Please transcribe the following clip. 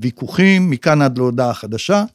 ויכוחים, מכאן עד להודעה חדשה.